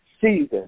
season